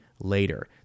later